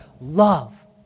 Love